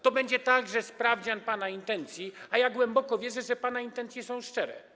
To będzie także sprawdzian pana intencji, a ja głęboko wierzę, że pana intencje są szczere.